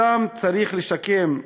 אותם צריך לשקם,